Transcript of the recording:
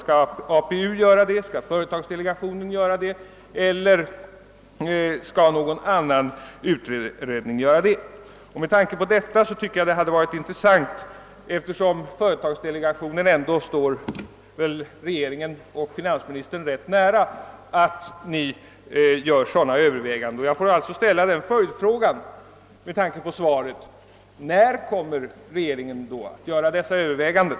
Skall APU, företagsdelegationen eller någon annan utredning göra det? Med tanke på att företagsdelegationen står regeringen och finansministern nära tycker jag det vore rimligt om man gjorde sådana överväganden inom regeringen. Därför vill jag ställa följdfrågan: När kommer regeringen att göra dessa överväganden?